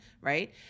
right